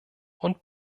und